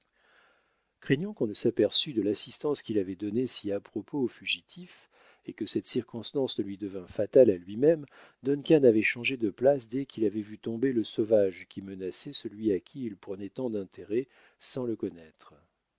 craignant qu'on ne s'aperçût de l'assistance qu'il avait donnée si à propos au fugitif et que cette circonstance ne lui devînt fatale à lui-même duncan avait changé de place dès qu'il avait vu tomber le sauvage qui menaçait celui à qui il prenait tant d'intérêt sans le connaître